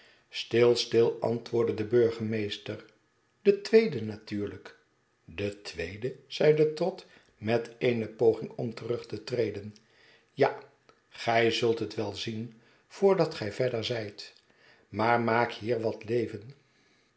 stil still antwoordde de burgemeester de tweede natuurlijk de tweede zeide trott met eene paging om terug te treden ja gij zult het wel zien voordat gij verder zijt maar maak hier wat leven